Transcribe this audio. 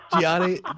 Gianni